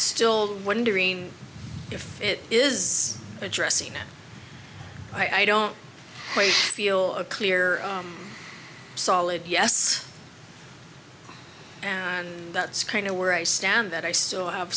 still wondering if it is addressing it i don't quite feel a clear solid yes and that's kind of where i stand that i still have